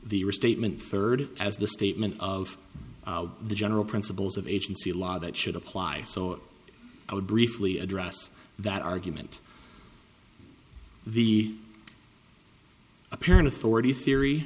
the restatement third as the statement of the general principles of agency law that should apply so i would briefly address that argument the apparent authority theory